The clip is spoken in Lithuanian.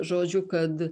žodžiu kad